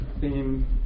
theme